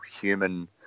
human